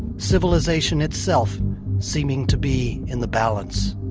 civilization itself seeming to be in the balance